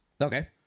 Okay